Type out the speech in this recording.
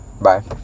Bye